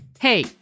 Hey